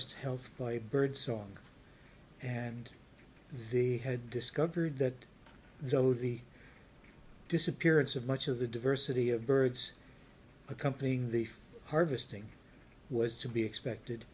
forest health by birdsong and the had discovered that though the disappearance of much of the diversity of birds accompanying the harvesting was to be expected